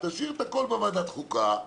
תשאיר את הכול בוועדת חוקה.